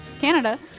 Canada